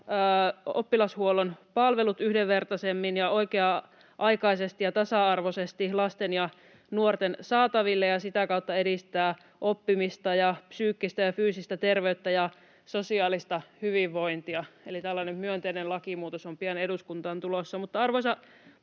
oppilashuollon palvelut yhdenvertaisemmin ja oikea-aikaisesti ja tasa-arvoisesti lasten ja nuorten saataville ja sitä kautta edistää oppimista, psyykkistä ja fyysistä terveyttä ja sosiaalista hyvinvointia. Eli tällainen myönteinen lakimuutos on pian eduskuntaan tulossa.